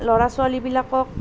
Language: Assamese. ল'ৰা ছোৱালীবিলাকক